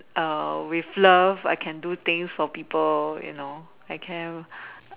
with love I can do things for people you know I came